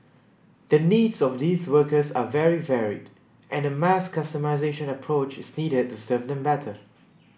the needs of these workers are very varied and a mass customisation approach is needed to serve them better